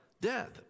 death